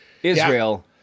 Israel